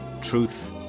Truth